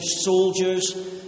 soldiers